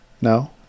No